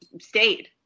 stayed